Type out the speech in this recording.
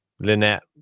Lynette